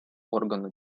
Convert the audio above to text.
органу